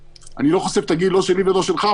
אני לא חושף את הגיל לא שלי ולא שלך,